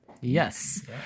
Yes